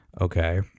okay